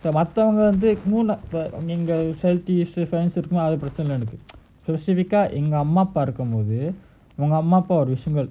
மத்தவங்கவந்துஒன்னும்இல்லநீங்க:mathavanka vandhu onnum illa neenka south east fans அதுபிரச்னைஇல்லஎனக்கு:athu prachanai ilai enaku specific ah எங்கஅம்மாஅப்பாஇருக்கும்போதுஉங்கஅம்மாஅப்பாஒருவிஷயங்கள்:enka amma appa irukkumpothu unka amma appa oru vishayankal